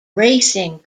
racing